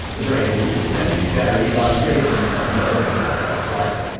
the braking could then be varied by raising or lowering the water level slightly.